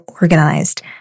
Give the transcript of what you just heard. organized